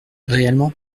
réellement